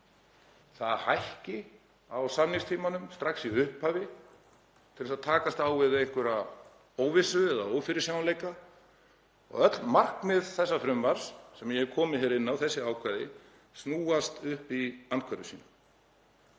hækki á samningstímanum strax í upphafi til að takast á við einhverja óvissu eða ófyrirsjáanleika. Og öll markmið þessa frumvarps, sem ég hef komið inn á, þessi ákvæði, snúast upp í andhverfu sína.